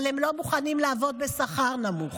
אבל הם לא מוכנים לעבוד בשכר נמוך.